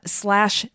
slash